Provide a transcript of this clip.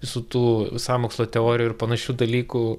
visų tų sąmokslo teorijų ir panašių dalykų